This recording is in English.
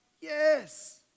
Yes